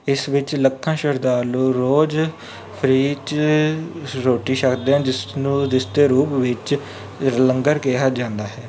ਇਸ ਵਿੱਚ ਲੱਖਾਂ ਸ਼ਰਧਾਲੂ ਰੋਜ਼ ਫਰੀ 'ਚ ਰੋਟੀ ਛੱਕਦੇ ਹਨ ਜਿਸ ਨੂੰ ਜਿਸ ਦੇ ਰੂਪ ਵਿੱਚ ਲੰਗਰ ਕਿਹਾ ਜਾਂਦਾ ਹੈ